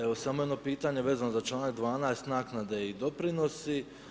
Evo samo jedno pitanje vezano za članak 12. naknade i doprinosi.